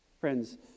Friends